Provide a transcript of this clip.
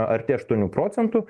arti aštuonių procentų